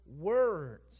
words